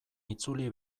itzuli